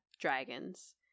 dragons